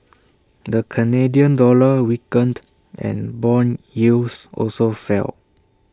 the Canadian dollar weakened and Bond yields also fell